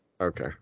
Okay